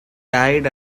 died